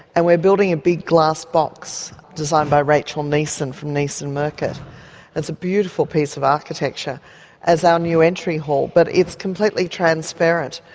and we're building a big glass box, designed by rachel neeson, from neeson murcutt it's a beautiful piece of architecture as our new entry hall, but it's completely transparent.